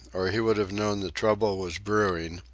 or he would have known that trouble was brewing,